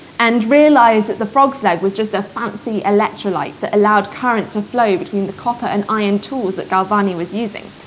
and realised that the frog's leg was just a fancy electrolyte that allowed current to flow between the copper and iron tools that galvani was using.